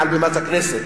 מעל בימת הכנסת,